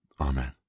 Amen